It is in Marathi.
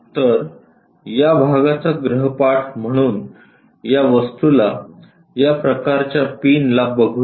तर या भागाचा गृहपाठ म्हणून या वस्तूला या प्रकारच्या पिनला बघुया